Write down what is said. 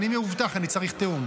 אני מאובטח, אני צריך תיאום.